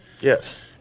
Yes